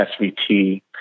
SVT